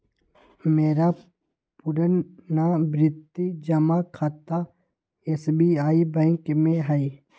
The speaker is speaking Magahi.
मेरा पुरनावृति जमा खता एस.बी.आई बैंक में हइ